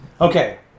okay